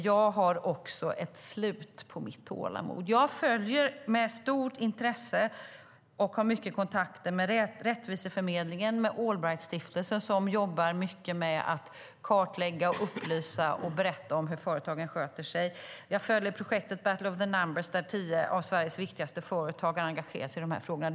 Jag har dock ett slut på mitt tålamod. Jag följer med stort intresse och har mycket kontakter med Rättviseförmedlingen och Allbrightstiftelsen, som jobbar mycket med att kartlägga, upplysa och berätta om hur företagen sköter sig. Jag följer projektet Battle of the numbers, där tio av Sveriges viktigaste företag har engagerat sig i de här frågorna.